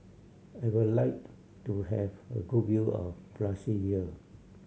I would like to have a good view of Brasilia